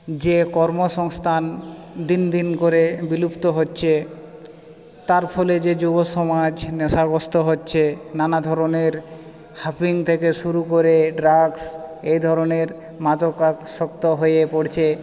যে কর্মসংস্থান দিন দিন করে বিলুপ্ত হচ্ছে তার ফলে যে যুবসমাজ নেশাগ্রস্ত হচ্ছে নানাধরনের হাফিং থেকে শুরু করে ড্রাগস এইধরনের মাদকাসক্ত হয়ে পড়ছে